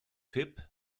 hip